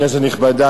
כנסת נכבדה,